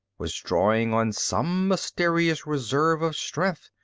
was drawing on some mysterious reserve of strength.